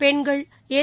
பெண்கள் எஸ்